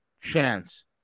chance